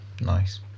Nice